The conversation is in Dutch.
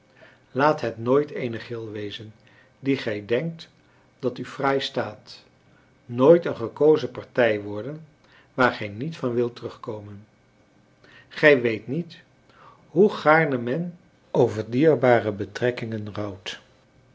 laat het nooit eene gril wezen die gij denkt dat u fraai staat nooit een gekozen partij worden waar gij niet van wilt terugkomen gij weet niet hoe gaarne men over dierbare betrekkingen rouwt